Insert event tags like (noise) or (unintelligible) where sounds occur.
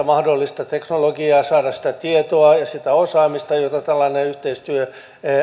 (unintelligible) mahdollista teknologiaa saada sitä tietoa ja sitä osaamista jota tällainen yhteistyö